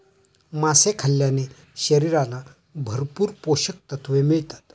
मासे खाल्ल्याने शरीराला भरपूर पोषकतत्त्वे मिळतात